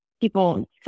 people